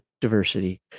diversity